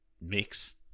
mix